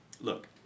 look